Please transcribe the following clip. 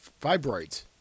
Fibroids